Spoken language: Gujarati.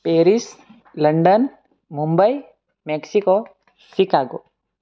parish London Mumbai Mexico Chicago